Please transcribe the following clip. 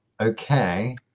Okay